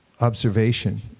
observation